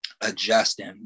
adjusting